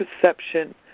perception